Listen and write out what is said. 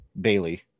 Bailey